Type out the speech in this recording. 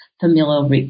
familial